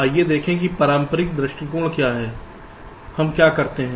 आइए देखें कि पारंपरिक दृष्टिकोण क्या है हम क्या करते हैं